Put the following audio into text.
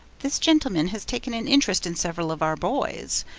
this gentleman has taken an interest in several of our boys.